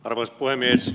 arvoisa puhemies